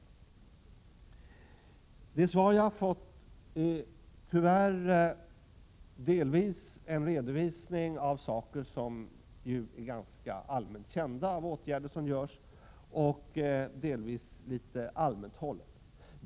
Det svar jag har fått är tyvärr delvis en redovisning av saker som ju är ganska allmänt kända, åtgärder som vidtas, och delvis litet allmänt hållet.